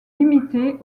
limitée